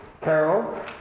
Carol